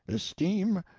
esteem,